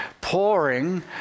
pouring